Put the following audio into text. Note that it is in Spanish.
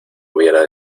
hubiera